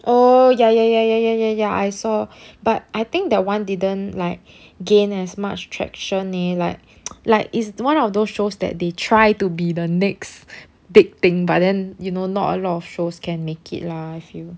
oh ya ya ya ya ya ya ya I saw but I think that one didn't like gain as much traction eh like like is one of those shows that they try to be the next big thing but then you know not a lot of shows can make it lah I feel